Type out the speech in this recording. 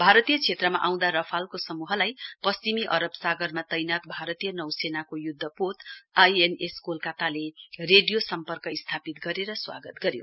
भारतीय क्षेत्रमा आउँदा रफालको समूहलाई पश्चिमी अरब सागरमा तैनात भारतीय नौसेनाको युध्दपोन आई एन एस कोलकाताले रेडियो सम्पर्क स्थापित गरेर स्वागत गर्यो